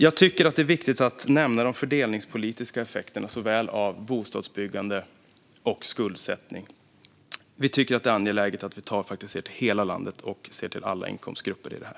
Jag tycker att det är viktigt att nämna de fördelningspolitiska effekterna av såväl bostadsbyggande som skuldsättning. Vi tycker att det är angeläget att se till hela landet och alla inkomstgrupper i det här.